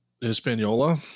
Hispaniola